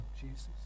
Jesus